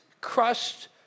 crushed